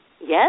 Yes